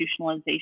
institutionalization